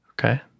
Okay